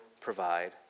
Provide